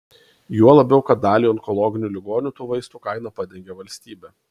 juo labiau kad daliai onkologinių ligonių tų vaistų kainą padengia valstybė